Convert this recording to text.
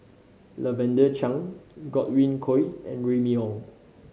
Lavender Chang Godwin Koay and Remy Ong